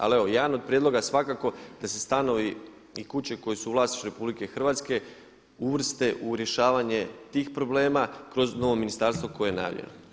Ali evo jedan od prijedloga svakako da se stanovi i kuće koji su u vlasništvu RH uvrste u rješavanje tih problema kroz novo ministarstvo koje je najavljeno.